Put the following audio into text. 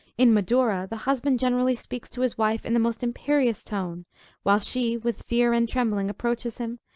in madura the husband generally speaks to his wife in the most imperious tone while she with fear and trembling approaches him,